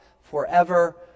forever